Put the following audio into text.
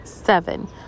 Seven